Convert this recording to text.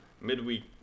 Midweek